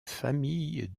famille